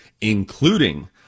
including